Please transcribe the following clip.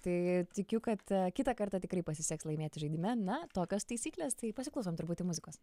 tai tikiu kad kitą kartą tikrai pasiseks laimėti žaidime na tokios taisyklės tai pasiklausom truputį muzikos